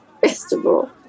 festival